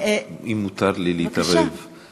אם מותר לי להתערב, בבקשה.